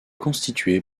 constituée